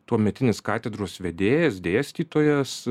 tuometinis katedros vedėjas dėstytojas